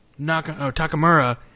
Takamura